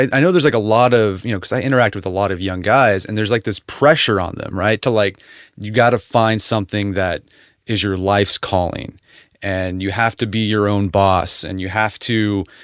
i know there's like a lot of you know because i interacted with a lot of young guys and there's like this pressure on them, right, to like you got to find something that is your life's calling and you have to be your own boss and you have to